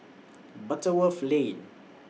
Butterworth Lane